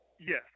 Yes